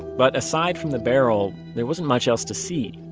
but aside from the barrell, there wasn't much else to see.